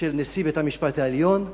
של נשיא בית-המשפט העליון,